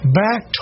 back